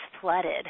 flooded